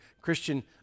Christian